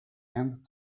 end